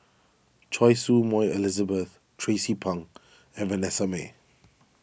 Choy Su Moi Elizabeth Tracie Pang and Vanessa Mae